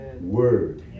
word